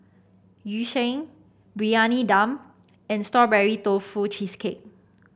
Yu Sheng Briyani Dum and Strawberry Tofu Cheesecake